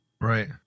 right